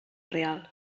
real